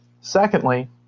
Secondly